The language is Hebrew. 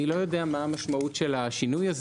אני לא מבין מה המשמעות של השינוי הזה